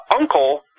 uncle